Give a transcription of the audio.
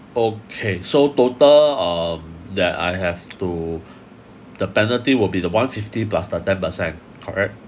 okay so total um that I have to the penalty will be the one fifty plus the ten percent correct